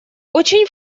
очень